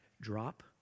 drop